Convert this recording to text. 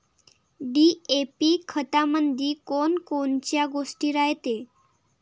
DAP खतामंदी कोनकोनच्या गोष्टी रायते?